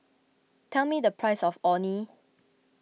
tell me the price of Orh Nee